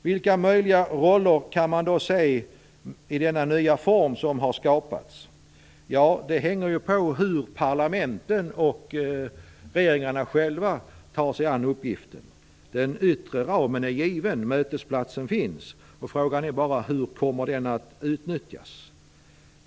Vilka möjliga roller kan man då se i denna nya form som har skapats? Ja, det hänger på hur parlamenten och regeringarna själva tar sig an uppgiften. Den yttre ramen är given, och mötesplatsen finns. Frågan är bara hur den kommer att utnyttjas.